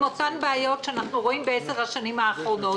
אותן בעיות שאנחנו רואים בעשר השנים האחרונות,